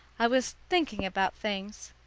i was thinking about things.